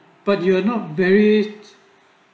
but you're not very